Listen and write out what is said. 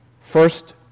First